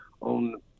on